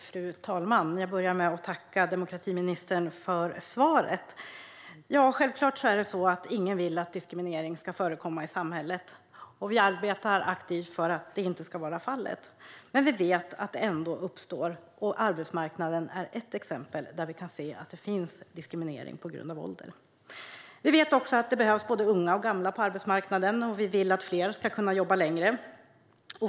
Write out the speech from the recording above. Fru talman! Jag börjar med att tacka demokratiministern för svaret. Ja, självklart är det så att ingen vill att diskriminering ska förekomma i samhället. Vi arbetar aktivt för att det inte ska förekomma. Men vi vet att det ändå gör det. Arbetsmarknaden är ett exempel där vi kan se att det finns diskriminering på grund av ålder. Vi vet att det behövs både unga och gamla på arbetsmarknaden, och vi vill att fler ska kunna jobba längre.